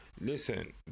listen